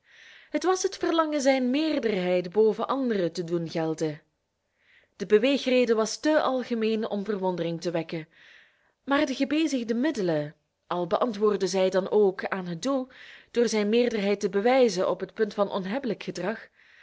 het was het verlangen zijn meerderheid boven anderen te doen gelden de beweegreden was te algemeen om verwondering te wekken maar de gebezigde middelen al beantwoordden zij dan ook aan het doel door zijn meerderheid te bewijzen op het punt van onhebbelijk gedrag